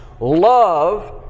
love